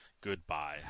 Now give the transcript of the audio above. goodbye